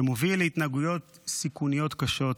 שמוביל להתנהגויות סיכוניות קשות.